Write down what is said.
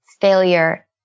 failure